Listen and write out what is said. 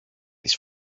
τις